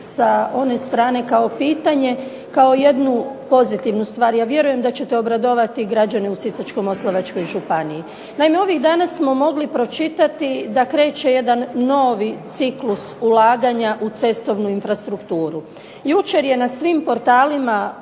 sa one strane kao pitanje, kao jednu pozitivnu stvar. Ja vjerujem da ćete obradovati građane u Sisačko-moslavačkoj županiji. Naime, ovih dana smo mogli pročitati da kreće jedan novi ciklus ulaganja u cestovnu infrastrukturu. Jučer je na svim portalima